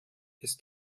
ist